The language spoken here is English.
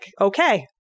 okay